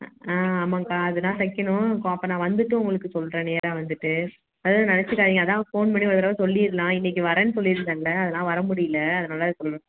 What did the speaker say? ஆ ஆ ஆமாங்கக்கா அது தான் தைக்கணும் நான் அப்போ வந்துவிட்டு உங்களுக்கு சொல்லுறேன் நேராக வந்துவிட்டு எதாவது நினைச்சிக்காதீங்க அதான் ஃபோன் பண்ணி ஒரு தடவை சொல்லிரலாம் இன்னைக்கு வரேன்னு சொல்லிருந்தேன்ல அது தான் வர முடியல அதனால் அதை சொல்லணும்